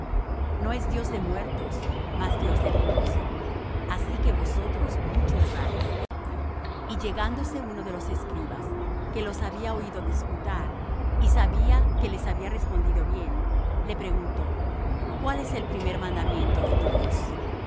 no es dios de muertos mas dios de vivos así que vosotros mucho erráis y llegándose uno de los escribas que los había oído disputar y sabía que les había respondido bien le preguntó cuál es el primer mandamiento de todos